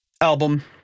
album